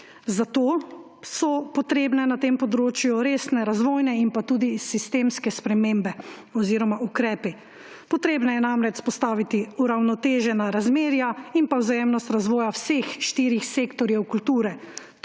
Zato so potrebne na tem področju resne razvojne in tudi sistemske spremembe oziroma ukrepi. Potrebno je namreč vzpostaviti uravnotežena razmerja in vzajemnost razvoja vseh štirih sektorjev kulture;